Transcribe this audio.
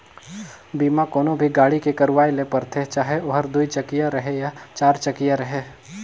बीमा कोनो भी गाड़ी के करवाये ले परथे चाहे ओहर दुई चकिया रहें या चार चकिया रहें